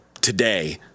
today